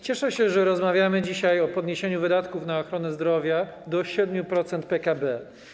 Cieszę się, że rozmawiamy dzisiaj o podniesieniu wydatków na ochronę zdrowia do 7% PKB.